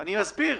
אני אסביר.